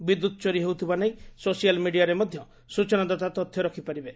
ବିଦ୍ୟୁତ୍ ଚୋରି ହେଉଥିବା ନେଇ ସୋସିଆଲ୍ ମିଡ଼ିଆରେ ମଧ୍ୟ ସୂଚନାଦାତା ତଥ୍ୟ ରଖ୍ପାରିବେ